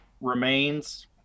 Remains